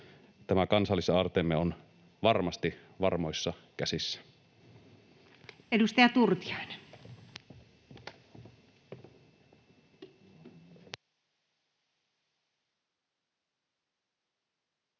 tämä kansallisaarteemme on varmasti varmoissa käsissä.